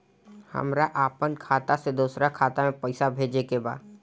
हमरा आपन खाता से दोसरा खाता में पइसा भेजे के बा